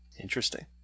Interesting